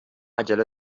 عجله